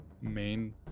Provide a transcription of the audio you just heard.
main